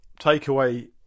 takeaway